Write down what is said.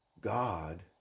God